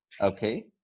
Okay